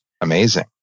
amazing